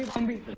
monday